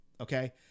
okay